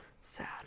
Sad